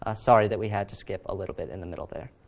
ah sorry that we had to skip a little bit in the middle there.